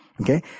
okay